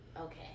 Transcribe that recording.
Okay